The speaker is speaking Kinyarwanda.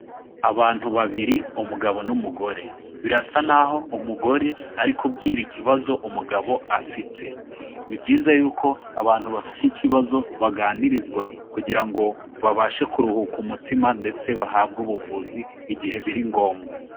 Abantu babiri umugabo n'umugore. Birasa naho umugore ari kubwira ikibazo umugabo afite. Ni byiza yuko abantu bafite ikibazo baganirizwa kugira ngo babashe kuruhuka umutima ndetse bahabwe ubuvuzi igihe biri ngombwa.